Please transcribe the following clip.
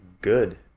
good